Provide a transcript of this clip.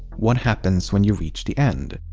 what happens when you reach the end?